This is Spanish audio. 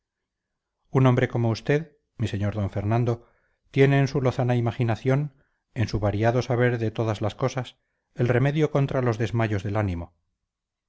un hombre como usted mi sr d fernando tiene en su lozana imaginación en su variado saber de todas las cosas el remedio contra los desmayos del ánimo